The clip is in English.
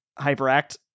Hyperact